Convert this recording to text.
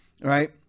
right